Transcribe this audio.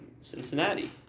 Cincinnati